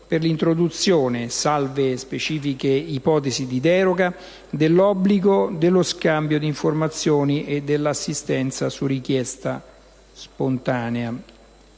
per l'introduzione, salve specifiche ipotesi di deroga, dell'obbligo dello scambio di informazioni e dell'assistenza, su richiesta e spontanea.